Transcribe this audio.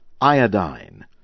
iodine